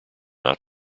not